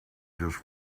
just